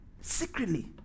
Secretly